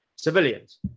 civilians